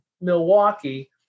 Milwaukee